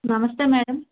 నమస్తే మ్యాడం